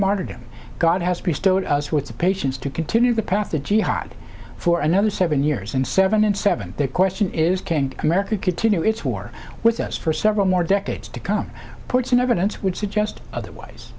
martyrdom god has restored us with the patience to continue the path to jihad for another seven years and seven and seven the question is can america continue its war with us for several more decades to come ports and evidence would suggest otherwise